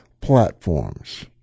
platforms